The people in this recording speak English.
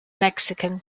mexican